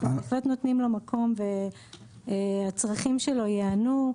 אנחנו בהחלט נותנים לו מקום והצרכים שלו ייענו,